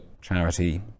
charity